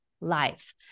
life